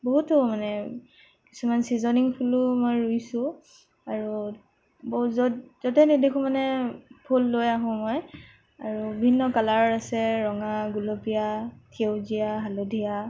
বহুত ৰুও মানে কিছুমান ছিজনিং ফুলো মই ৰুইছোঁ আৰু ব য'ত য'তেই নেদেখো মানে ফুল লৈ আহোঁ মই আৰু বিভিন্ন কালাৰৰ আছে ৰঙা গোলপীয়া সেউজীয়া হালধীয়া